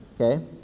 Okay